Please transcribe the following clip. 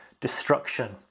destruction